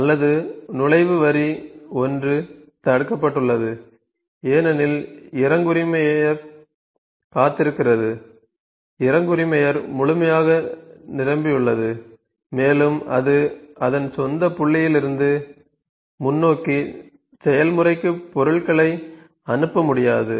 அல்லது நுழைவு வரி 1 தடுக்கப்பட்டுள்ளது ஏனெனில் இறங்குரிமையர் காத்திருக்கிறது இறங்குரிமையர் முழுமையாக நிரம்பியுள்ளது மேலும் அது அதன் சொந்த புள்ளியிலிருந்து முன்னோக்கி செயல்முறைக்கு பொருட்களை அனுப்ப முடியாது